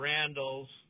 Randalls